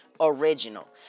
Original